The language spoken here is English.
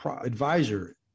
advisor